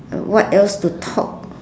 what else to talk